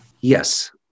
Yes